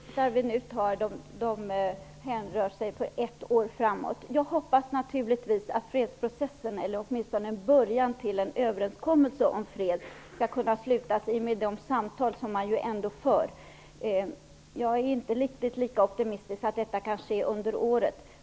Herr talman! Den budget vi nu fattar beslut om hänför sig till det närmaste året. Jag hoppas naturligtvis att ett fredsavtal -- eller åtminstone en början till en överenskommelse om fred -- skall kunna träffas i och med de samtal som man ändå för, men riktigt så optimistisk att jag tror att detta kan ske under året är jag inte.